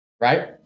right